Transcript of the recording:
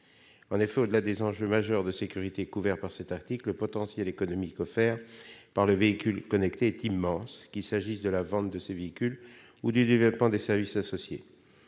En effet, au-delà des enjeux majeurs de sécurité couverts par cet article, le potentiel économique offert par le véhicule connecté est immense, qu'il s'agisse de la vente de ces véhicules ou du développement des services associés.